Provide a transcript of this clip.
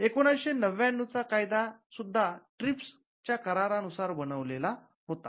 १९९९ चा कायदा सुद्धा ट्रिप्स च्या करार नुसार बनवलेला होता